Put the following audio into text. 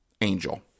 angel